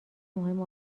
مهم